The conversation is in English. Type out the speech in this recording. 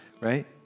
right